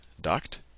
duct